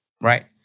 right